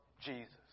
Jesus